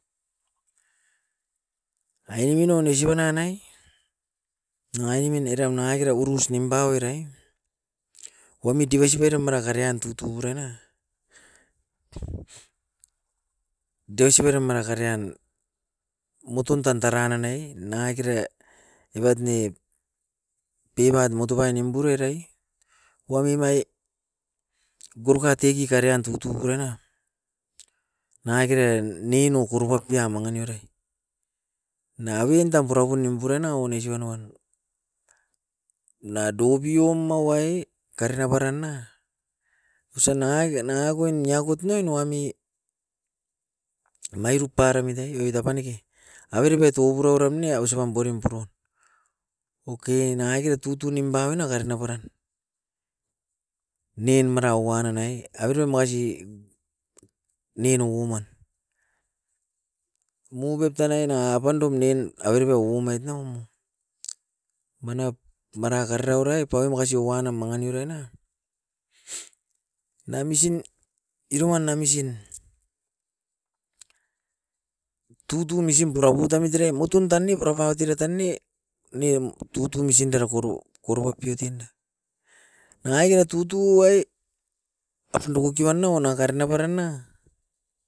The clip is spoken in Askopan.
Ainemin oin isibo nanai no ainemin eram nangakera urus nimpa oirai, oamit dibasipai ra mara kariam tutuburana dibasipai ra mara karian moton tan taran nanai nangakera evat ne pepat motobai nimpurarai. Wami mai goroka tech ikarean tutubu rana, nangakeran ninou kurupa pian mangin era. Nanga abin tam purapun nimpurana onesi banuan, na dobium awai, karana barana osa nangaken nangakoin niakut nen wami mairu paramit ai oit a paneke. Averepai touburo ram ne ausipam borim purou, oke nangakera tutunim paui nanga karina bara. Nin mara wan nanai avere makasi ninu oman, mu pep tanai nanga apandum nin averepai omait nao o, manap mara karirio rae paui makasi oanam mangani uruain na. Nam isin, iroa nam isin, tutu misim purapu tamit erai moton tan ni purapaut era tan nei, niem tutu misindera koru, korua piotin. Nangakera tutuo ai kio uana nanga karana barana